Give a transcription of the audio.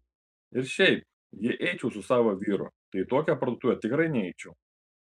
ir šiaip jei eičiau su savo vyru tai į tokią parduotuvę tikrai neičiau